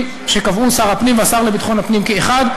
שקבעו שר הפנים והשר לביטחון הפנים כאחד,